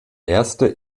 erste